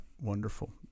Wonderful